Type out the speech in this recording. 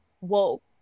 woke